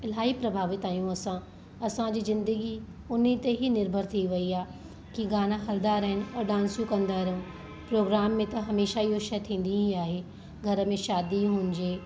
इलाही प्रभावित आहियूं असां असांजी ज़िन्दगी उन ते ई निर्भर थी वयी आहे कि गाना हलंदा रहनि डांसियूं कंदा रहूं प्रोग्राम में त हमेशह हीउ शइ थींदी ई आहे घर में शादी हुजे